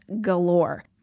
galore